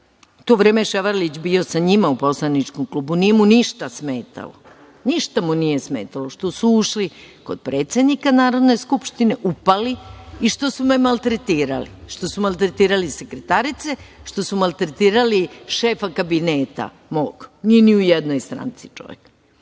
to vreme je Ševarlić bio sa njima u poslaničkom klubu, nije mu ništa smetalo. Ništa mu nije smetalo što su ušli kod predsednika Narodne skupštine, upali i što su me maltretirali, što su maltretirali sekretarice, što su maltretirali šefa mog kabineta, nije ni u jednoj stranci čovek. Bošku